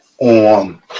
on